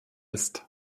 ist